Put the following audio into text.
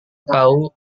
tahu